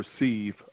receive